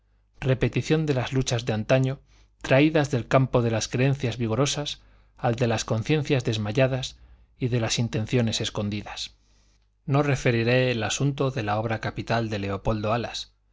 repetición de las luchas de antaño traídas del campo de las creencias vigorosas al de las conciencias desmayadas y de las intenciones escondidas no referiré el asunto de la obra capital de leopoldo alas